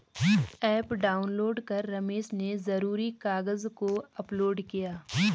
app download कर रमेश ने ज़रूरी कागज़ को अपलोड किया